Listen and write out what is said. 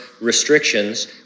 restrictions